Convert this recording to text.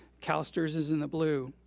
calstrs is in the blue.